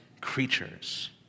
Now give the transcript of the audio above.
creatures